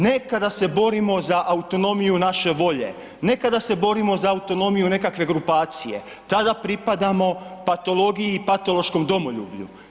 Ne kada se borimo za autonomiju naše volje, ne kada se borimo za autonomiju nekakve grupacije, tada pripadamo patologiji i patološkom domoljublju.